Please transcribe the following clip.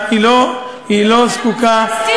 היא לא זקוקה לאף אחד.